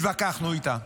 התווכחנו איתם,